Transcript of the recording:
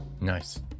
Nice